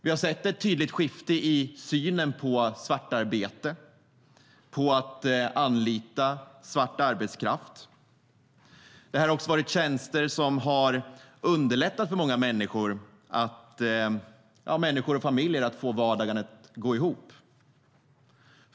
Vi har sett ett tydligt skifte i synen på svartarbete och på att anlita svart arbetskraft. Det har också varit tjänster som har underlättat för många människor och familjer att få vardagen att gå ihop.